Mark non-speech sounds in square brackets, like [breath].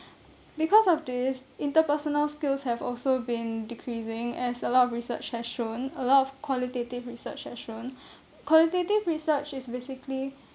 because of this interpersonal skills have also been decreasing as a lot of research has shown a lot of qualitative research has shown [breath] qualitative research is basically